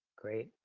great.